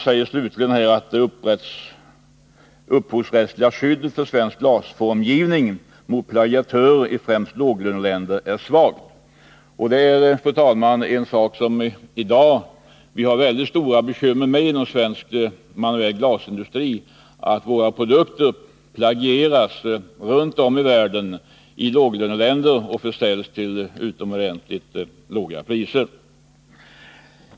Det upphovsrättsliga skyddet för svensk glasformgivning mot plagiatörer i främst låglöneländer är slutligen svagt. Och det är, fru talman, en sak som vi i dag har stora bekymmer med inom svensk manuell glasindustri, att våra produkter plagieras runt om i världen i låglöneländer och försäljs till utomordentligt låga priser.